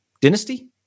Dynasty